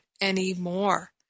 anymore